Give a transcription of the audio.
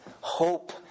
hope